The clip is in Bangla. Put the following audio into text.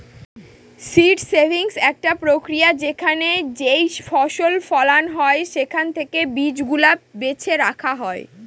সীড সেভিং একটা প্রক্রিয়া যেখানে যেইফসল ফলন হয় সেখান থেকে বীজ গুলা বেছে রাখা হয়